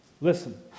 Listen